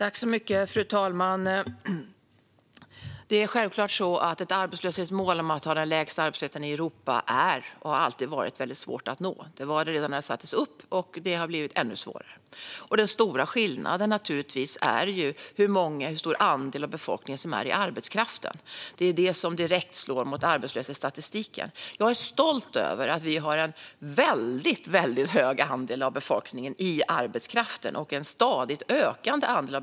Fru talman! Målet att ha den lägsta arbetslösheten i Europa är och har alltid varit svårt att nå. Det var det redan när det sattes upp, och det har blivit ännu svårare. Den stora skillnaden är naturligtvis hur stor andel av befolkningen som är i arbetskraften. Det slår direkt mot arbetslöshetsstatistiken. Jag är stolt över att vi har en väldigt hög andel av befolkningen i arbetskraften. Det är en stadigt ökande andel.